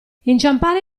inciampare